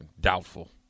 Doubtful